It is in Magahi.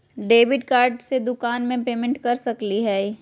डेबिट कार्ड से दुकान में पेमेंट कर सकली हई?